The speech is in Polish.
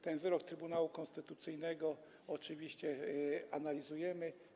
Ten wyrok Trybunału Konstytucyjnego oczywiście analizujemy.